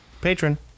Patron